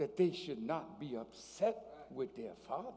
that they should not be upset with their father